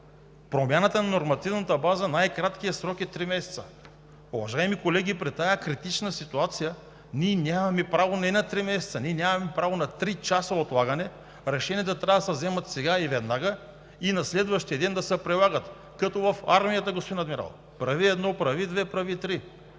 промяната на нормативната база е три месеца. Уважаеми колеги, при тази критична ситуация ние нямаме право не на три месеца, ние нямаме право на три часа отлагане, решенията трябва да се вземат сега и веднага, и на следващия ден да се прилагат – като в армията, господин Адмирал, прави едно, прави две, прави три.